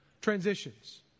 Transitions